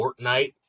Fortnite